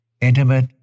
intimate